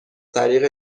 طریق